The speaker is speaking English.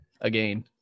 Again